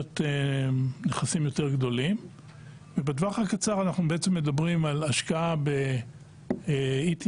נכסים יותר גדולים ובטווח הקצר אנחנו מדברים על השקעה ב-ETF'ים,